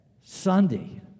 Sunday